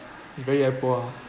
very very poor ah